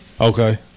Okay